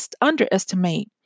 underestimate